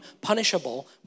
punishable